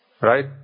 right